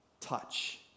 Touch